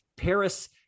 Paris